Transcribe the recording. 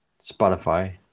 Spotify